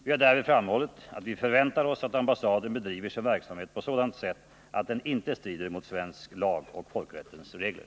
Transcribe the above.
Vi har därvid framhållit att vi förväntar oss att ambassaden bedriver sin verksamhet på sådant sätt att den inte strider mot svensk lag och folkrättens regler.